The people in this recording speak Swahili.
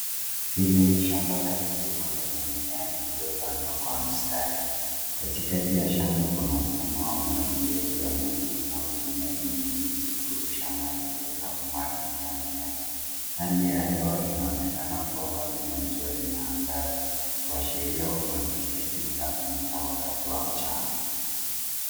Hili ni shamba la kilimo lenye mimea iliyopandwa kwa mstari. Katikati ya shamba kuna mfumo wa umwangiliaji wa maji unaotumia vinyunyuzi kurusha maji na kumwangilia mimea. Hali ya hewa inaonekana kuwa wazi na jua linaangaza kuashiria umwangiliaji unafanyika wakati wa mchana.